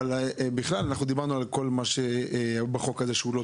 אבל דיברנו על כל מה שלא טוב בחוק הזה.